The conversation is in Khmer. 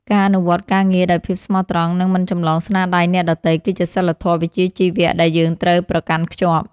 ការអនុវត្តការងារដោយភាពស្មោះត្រង់និងមិនចម្លងស្នាដៃអ្នកដទៃគឺជាសីលធម៌វិជ្ជាជីវៈដែលយើងត្រូវប្រកាន់ខ្ជាប់។